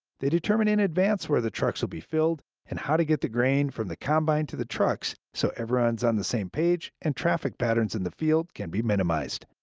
they determine in advance where trucks will be filled and how to get the grain from the combine to the trucks so everyone is on the same page and traffic patterns in the field can be minimized.